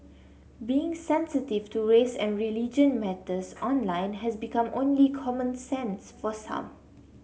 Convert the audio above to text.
being sensitive to race and religion matters online has become only common sense for some